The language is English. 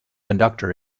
conductor